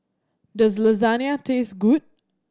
does Lasagne taste good